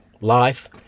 life